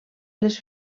les